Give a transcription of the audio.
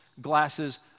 glasses